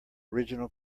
original